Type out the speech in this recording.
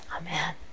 Amen